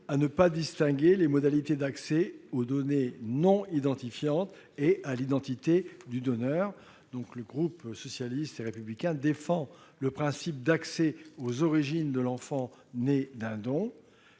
à ne pas distinguer les modalités d'accès aux données non identifiantes et à l'identité du donneur. Le groupe socialiste et républicain défend le principe d'accès aux origines de l'enfant né d'un don.